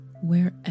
wherever